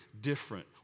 different